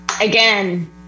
again